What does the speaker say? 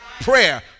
prayer